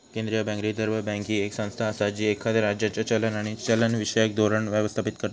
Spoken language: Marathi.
केंद्रीय बँक, रिझर्व्ह बँक, ही येक संस्था असा जी एखाद्या राज्याचा चलन आणि चलनविषयक धोरण व्यवस्थापित करता